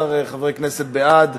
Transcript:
13 חברי כנסת בעד,